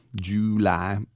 July